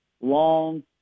long